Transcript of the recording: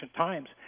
times